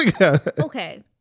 Okay